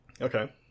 Okay